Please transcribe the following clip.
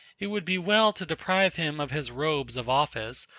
it would be well to deprive him of his robes of office,